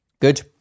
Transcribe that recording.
Good